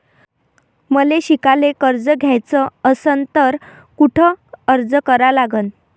मले शिकायले कर्ज घ्याच असन तर कुठ अर्ज करा लागन?